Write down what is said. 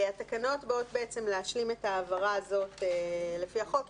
התקנות באות להשלים את ההעברה הזאת לפי החוק.